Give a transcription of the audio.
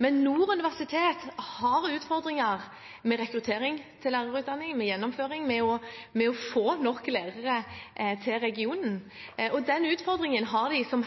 men Nord universitet har utfordringer med rekruttering til lærerutdanningen, med gjennomføring og med å få nok lærere til regionen. Den utfordringen har de som